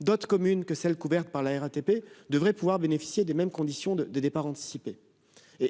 d'autres communes que celles qui sont couvertes par la RATP devraient pouvoir bénéficier des mêmes conditions de départ anticipé.